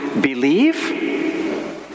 believe